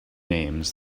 names